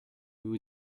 vous